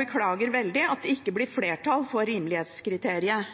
beklager veldig at det ikke blir flertall for rimelighetskriteriet